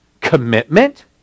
commitment